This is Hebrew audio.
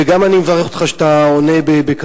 ואני גם מברך אותך על כך שאתה עונה בכזאת